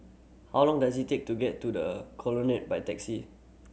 how long does it take to get to The Colonnade by taxi